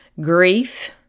grief